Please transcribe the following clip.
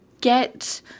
get